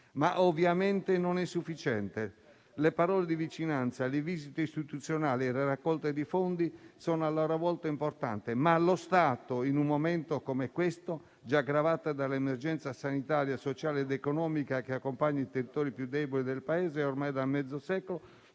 ma ovviamente non è sufficiente. Le parole di vicinanza, le visite istituzionali e le raccolte di fondi sono a loro volta importanti, ma lo Stato in un momento come questo, già gravato dall'emergenza sanitaria, sociale ed economica che accompagna i territori più deboli del Paese ormai da mezzo secolo,